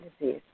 disease